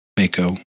Mako